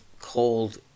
cold